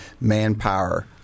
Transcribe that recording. manpower